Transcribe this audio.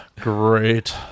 Great